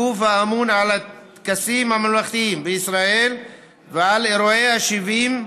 הגוף האמון על הטקסים הממלכתיים בישראל ועל אירועי ה-70,